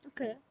okay